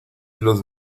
los